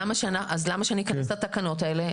למה שנאשר את התקנות האלה?